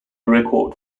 record